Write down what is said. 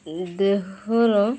ଦେହର